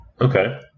Okay